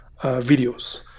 videos